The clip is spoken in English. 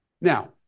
Now